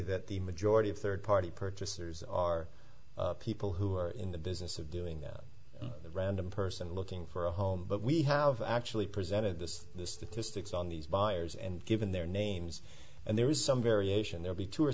that the majority of third party purchasers are people who are in the business of doing that random person looking for a home but we have actually presented this statistics on these buyers and given their names and there is some variation there be two or